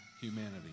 humanity